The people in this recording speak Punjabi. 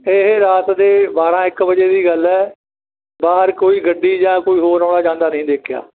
ਇਹ ਰਾਤ ਦੇ ਬਾਰਾਂ ਇੱਕ ਵਜੇ ਦੀ ਗੱਲ ਹੈ ਬਾਹਰ ਕੋਈ ਗੱਡੀ ਜਾਂ ਕੋਈ ਹੋਰ ਆਉਂਦਾ ਜਾਂਦਾ ਨਹੀਂ ਦੇਖਿਆ